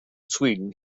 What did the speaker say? sweden